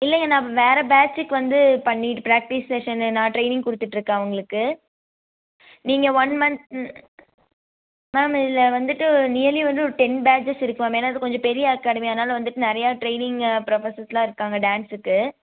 இல்லைங்க நான் இப்போ வேறு பேட்ச்சுக்கு வந்து பண்ணிவிட்டு ப்ராக்டிஸ் செஷ்ஷன் நான் ட்ரெயினிங் கொடுத்துட்ருக்கேன் அவங்களுக்கு நீங்கள் ஒன் மந்த் ம் மேம் இதில் வந்துட்டு நியர்லி வந்து ஒரு டென் பேட்ச்சஸ் இருக்குது ஏன்னால் இது கொஞ்சம் பெரிய அகாடமி அதனால வந்துட்டு நிறையா ட்ரெயினிங்கு ப்ரஃபஸர்ஸெல்லாம் இருக்காங்க டான்ஸ்ஸுக்கு